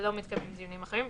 ולא מתקיימים דיונים אחרים,